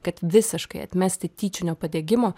kad visiškai atmesti tyčinio padegimo